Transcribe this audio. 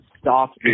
stop